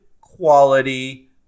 quality